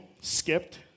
skipped